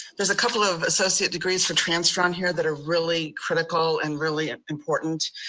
there's a couple of associate degrees for transfer on here that are really critical and really ah important.